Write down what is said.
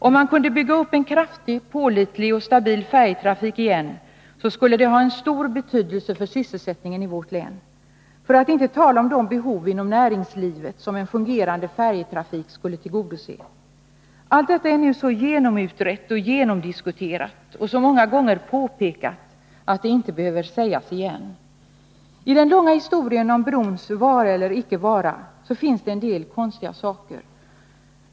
Om man kunde bygga upp en kraftig, pålitlig och stabil färjetrafik igen skulle det ha stor betydelse för sysselsättningen i vårt län, för att inte tala om de behov inom näringslivet som en fungerande färjetrafik skulle tillgodose. Allt detta är nu så genomutrett och genomdiskuterat och så många gånger påpekat att det inte behöver sägas igen. I den långa historien om brons vara eller icke vara finns det en del konstiga saker.